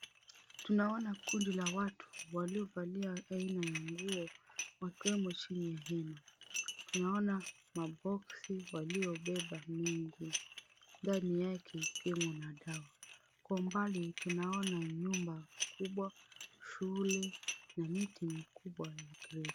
Tunaona kundi la watu waliovalia aina ya nguo wakiwemo chini ya hema. Tunaona maboksi waliobeba mengi ndani yake kukiwemo na dawa. Kwa umbali tunaona nyumba mkubwa, shule na miti mikubwa ya green .